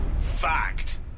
Fact